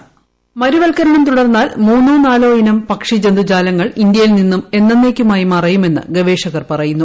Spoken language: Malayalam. പ്രോയ്സ് മരുവൽക്കരണം തുടന്നാൽ മുന്നോ നാലോ പക്ഷി ജന്തുജാലങ്ങൾ ഇന്ത്യയിൽ നിന്നും എണ്ണെന്നേക്കുമായി മറയുമെന്ന് ഗവേഷകർ പറയുന്നു